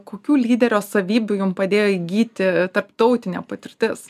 kokių lyderio savybių jum padėjo įgyti tarptautinė patirtis